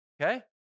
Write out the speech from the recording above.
Okay